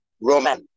Roman